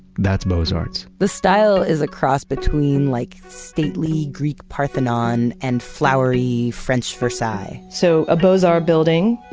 that's beaux-art. the style is a cross between like, stately greek parthenon, and flowery french versailles. so a beaux-art building,